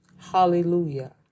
Hallelujah